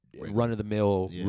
run-of-the-mill